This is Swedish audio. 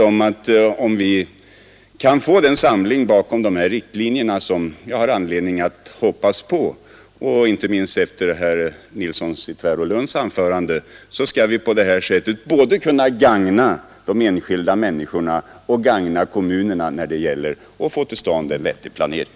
Om vi kan nå den samling bakom dessa riktlinjer som jag har anledning att hoppas på — inte minst efter anförandet av herr Nilsson i Tvärålund — så gagnar vi både de enskilda människorna och kommunerna när det gäller att få till stånd en bättre planering.